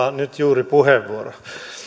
on juuri nyt puheenvuoro